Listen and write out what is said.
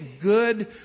good